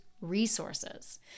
resources